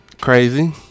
Crazy